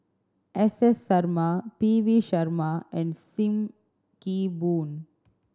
S S Sarma P V Sharma and Sim Kee Boon